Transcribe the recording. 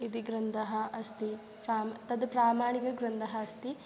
इति ग्रन्थः अस्ति प्रां तत् प्रामाणिकग्रन्थः अस्ति